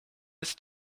ist